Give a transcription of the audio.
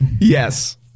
Yes